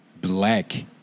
Black